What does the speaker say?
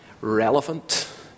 relevant